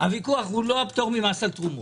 הוויכוח הוא לא על פטור ממס על תרומות.